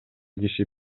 киши